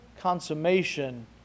consummation